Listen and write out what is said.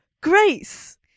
Grace